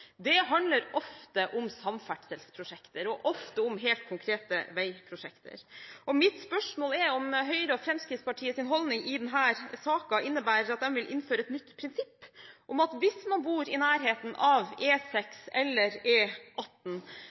Det handler ofte om samferdselsprosjekter, og ofte om helt konkrete veiprosjekter. Mitt spørsmål er om Høyre og Fremskrittspartiets holdning i denne saken innebærer at de vil innføre et nytt prinsipp om at hvis man bor i nærheten av E6 eller